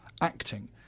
acting